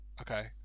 okay